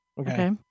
Okay